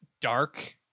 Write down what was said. dark